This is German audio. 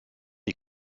die